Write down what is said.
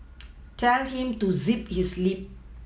tell him to zip his lip